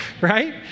right